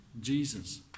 Jesus